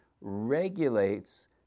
regulates